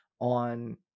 on